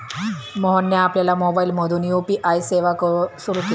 मोहनने आपल्या मोबाइलमधून यू.पी.आय सेवा सुरू केली